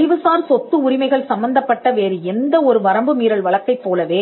அறிவுசார் சொத்து உரிமைகள் சம்பந்தப்பட்ட வேறு எந்த ஒரு வரம்பு மீறல் வழக்கைப் போலவே